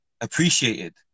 appreciated